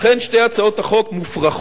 לכן, שתי ההצעות מופרכות,